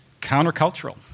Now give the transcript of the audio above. countercultural